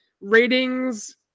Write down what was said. ratings